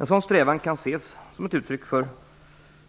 En sådan strävan kan ses som ett uttryck för